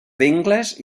vincles